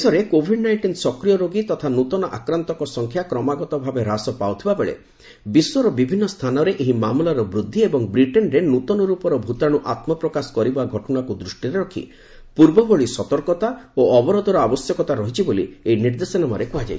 ଦେଶରେ Covid nineteen ସକ୍ରିୟ ରୋଗୀ ତଥା ନୂତନ ଆକ୍ରାନ୍ତଙ୍କ ସଂଖ୍ୟା କ୍ରମାଗତ ଭାବେ ହ୍ରାସ ପାଉଥିବାବେଳେ ବିଶ୍ୱର ବିଭିନ୍ନ ସ୍ଥାନରେ ଏହି ମାମଲାର ବୃଦ୍ଧି ଏବଂ ବ୍ରିଟେନ୍ରେ ନୂଆ ରୂପର ଭୂତାଣୁ ଆତ୍ମପ୍ରକାଶ କରିବା ଘଟଣାକୁ ଦୂଷ୍ଟିରେ ରଖି ପୂର୍ବଭଳି ସତର୍କତା ଓ ଅବରୋଧର ଆବଶ୍ୟକତା ରହିଛି ବୋଲି ଏହି ନିର୍ଦ୍ଦେଶନାମାରେ କୁହାଯାଇଛି